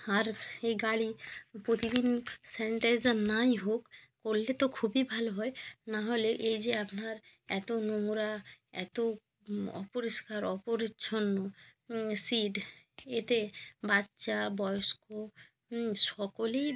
আর এই গাড়ি প্রতিদিন স্যানিটাইজার নাই হোক করলে তো খুবই ভালো হয় নাহলে এই যে আপনার এতো নোংরা এতো অপরিষ্কার অপরিছন্ন সিট এতে বাচ্চা বয়স্ক সকলেই